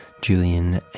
Julian